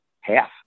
Half